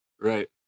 Right